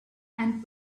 and